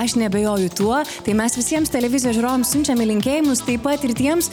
aš neabejoju tuo tai mes visiems televizijos žiūrovams siunčiame linkėjimus taip pat ir tiems